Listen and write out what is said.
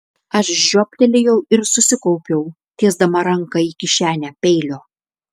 aš žioptelėjau ir susikaupiau tiesdama ranką į kišenę peilio